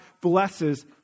blesses